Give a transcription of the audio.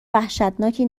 وحشتناکی